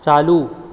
चालू